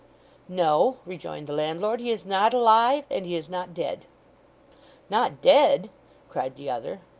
no, rejoined the landlord, he is not alive, and he is not dead not dead cried the other.